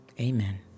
Amen